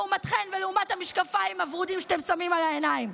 לעומתכן ולעומת המשקפיים הוורודים שאתן שמות על העיניים.